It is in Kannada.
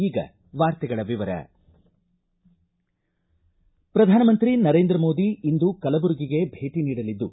ಈಗ ವಾರ್ತೆಗಳ ವಿವರ ಪ್ರಧಾನಮಂತ್ರಿ ನರೇಂದ್ರ ಮೋದಿ ಇಂದು ಕಲಬುರಗಿಗೆ ಭೇಟ ನೀಡಲಿದ್ದು